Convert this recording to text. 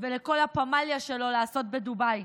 ולכל הפמליה שלו יש לעשות בדובאי.